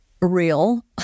real